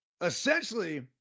essentially